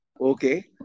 Okay